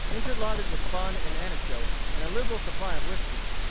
interlarded with fun and anecdote, and a liberal supply of whiskey,